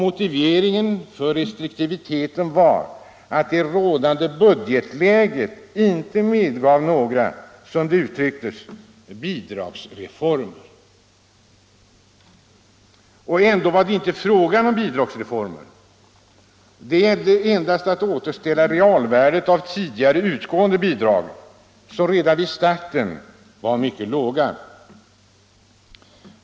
Motiveringen för restriktiviteten var att det rådande budgetläget inte medgav några, som det uttrycktes ”bidragsreformer”. Och ändå var det inte fråga om några bidragsreformer. Det gällde endast att återställa realvärdet av tidigare utgående bidrag, som redan vid starten var mycket lågt.